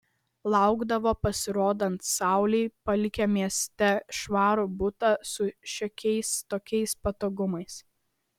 laukdavo pasirodant saulei palikę mieste švarų butą su šiokiais tokiais patogumais